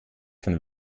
von